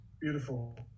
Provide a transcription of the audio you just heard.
Beautiful